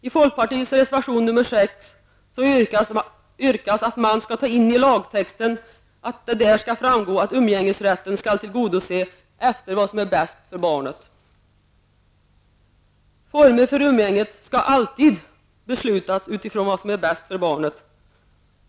I folkpartiets reservation nr 6 yrkas att man skall komplettera lagtexten så att det där framgår att umgängesrätten skall tillgodoses efter vad som är bäst för barnet. Formen för umgänget skall alltid beslutas utifrån vad som är bäst för barnet.